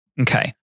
Okay